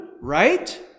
right